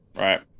Right